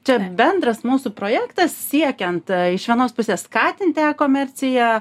čia bendras mūsų projektas siekiant iš vienos pusės skatinti e komerciją